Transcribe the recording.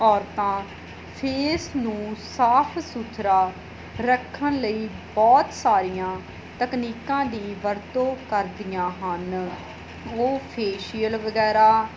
ਔਰਤਾਂ ਫ਼ੇਸ ਨੂੰ ਸਾਫ ਸੁਥਰਾ ਰੱਖਣ ਲਈ ਬਹੁਤ ਸਾਰੀਆਂ ਤਕਨੀਕਾਂ ਦੀ ਵਰਤੋਂ ਕਰਦੀਆਂ ਹਨ ਉਹ ਫੇਸ਼ੀਅਲ ਵਗੈਰਾ